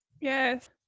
yes